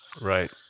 right